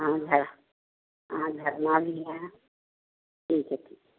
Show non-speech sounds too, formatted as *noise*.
हाँ *unintelligible* हाँ *unintelligible* है ठीक है